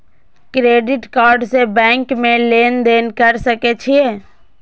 Credit card से bank में लेन देन कर सके छीये?